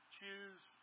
Choose